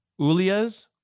Ulias